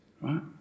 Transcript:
right